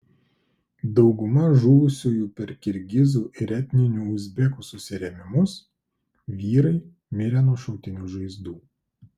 dauguma žuvusiųjų per kirgizų ir etninių uzbekų susirėmimus vyrai mirę nuo šautinių žaizdų